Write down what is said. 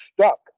stuck